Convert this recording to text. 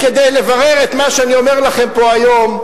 כדי לברר את מה שאני אומר לכם פה היום,